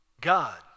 God